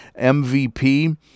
MVP